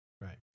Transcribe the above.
right